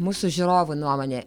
mūsų žiūrovų nuomonė